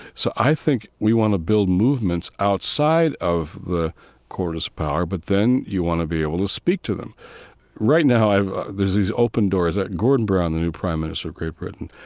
so i think we want to build movements outside of the corridors of power, but then, you want to be able to speak to them right now, i've there's these open doors ah gordon brown, the new prime minister of great britain,